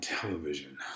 television